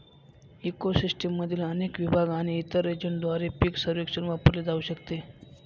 eco सिस्टीममधील अनेक विभाग आणि इतर एजंटद्वारे पीक सर्वेक्षण वापरले जाऊ शकते